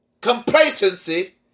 complacency